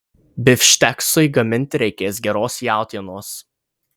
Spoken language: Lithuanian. bifšteksui gaminti reikės geros jautienos